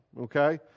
okay